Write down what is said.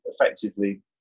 effectively